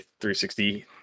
360